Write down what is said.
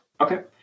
Okay